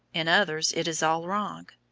in others it is all wrong.